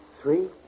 Three